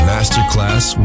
Masterclass